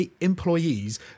Employees